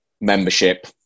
membership